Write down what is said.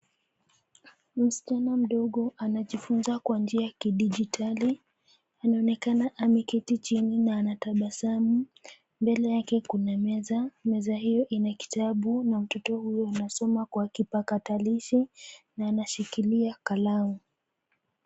Msichana mdogo anajifunza kwa njia ya kidijitali. Anaonekana ameketi chini na anatabasamu. Mbele yake kuna meza, meza hiyo ina kitabu na mtoto huyo anasoma kwa kipakatalishi na anashikilia kalamu.